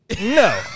no